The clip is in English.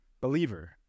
believer